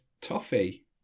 toffee